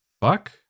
Fuck